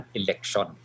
election